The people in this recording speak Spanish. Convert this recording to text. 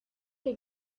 que